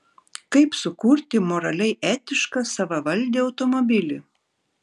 kaip sukurti moraliai etišką savavaldį automobilį